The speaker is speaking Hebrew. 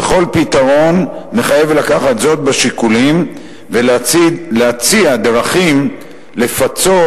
וכל פתרון מחייב לקחת זאת בשיקולים ולהציע דרכים לפצות,